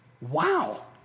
Wow